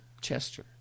Chester